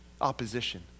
opposition